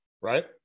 right